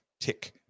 tick